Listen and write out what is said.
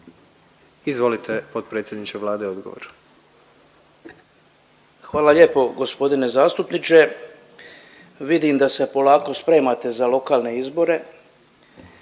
Izvolite, potpredsjedniče Vlade, odgovor. **Butković, Oleg (HDZ)** Hvala lijepo g. zastupniče. Vidim da se polako spremate za lokalne izbore